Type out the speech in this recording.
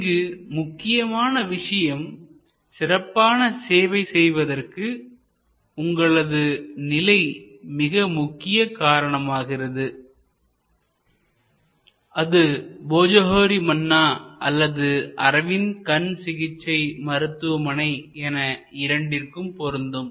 இங்கு முக்கியமான விஷயம் சிறப்பான சேவை செய்வதற்கு உங்களது நிலை மிக முக்கிய காரணமாகிறது அது போஜோஹோரி மன்னா அல்லது அரவிந்த் கண் சிகிச்சை மருத்துவமனை என இரண்டிற்கும் பொருந்தும்